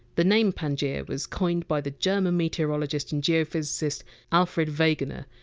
the name pangaea was coined by the german meteorologist and geophysicist alfred wegener,